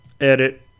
edit